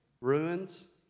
Ruins